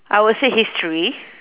I would say history